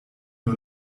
nur